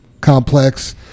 complex